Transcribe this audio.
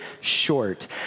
short